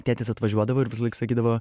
tėtis atvažiuodavo ir visąlaik sakydavo